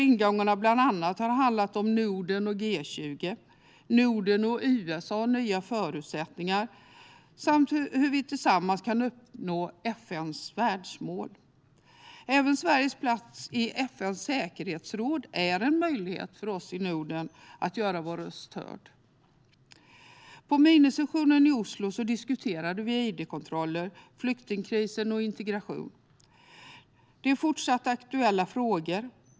Ingångarna handlade bland annat om Norden och G20, Norden och USA - nya förutsättningar samt hur vi tillsammans kan uppnå FN:s världsmål. Även Sveriges plats i FN:s säkerhetsråd är en möjlighet för oss i Norden att göra vår röst hörd. På minisessionen i Oslo diskuterades id-kontroller, flyktingkrisen och integration. Det är fortsatt aktuella frågor.